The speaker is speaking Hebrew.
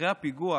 אחרי הפיגוע